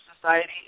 Society